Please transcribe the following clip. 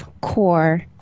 core